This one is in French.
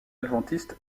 adventiste